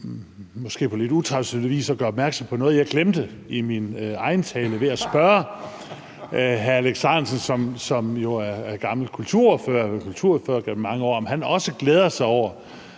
måske på lidt utraditionel vis at gøre opmærksom på noget, jeg glemte i min egen tale, ved at spørge hr. Alex Ahrendtsen, som jo er kulturordfører gennem mange år, om han også glæder sig over,